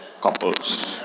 couples